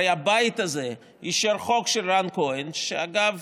הרי הבית הזה אישר חוק של רן כהן, ואגב,